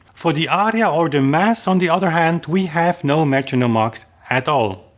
for the aria or the mass on the other hand, we have no metronome marks at all.